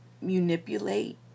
manipulate